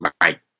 Right